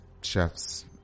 chefs